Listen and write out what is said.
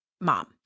mom